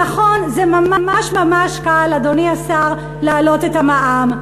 נכון, זה ממש קל, אדוני השר, להעלות את המע"מ.